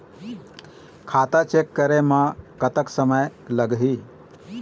खाता चेक करे म कतक समय लगही?